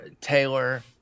Taylor